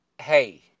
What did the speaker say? Hey